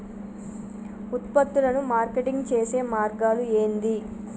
ఉత్పత్తులను మార్కెటింగ్ చేసే మార్గాలు ఏంది?